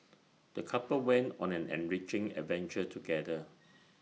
the couple went on an enriching adventure together